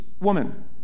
woman